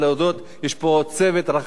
אפשר תמיד להודות פעמיים.